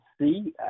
see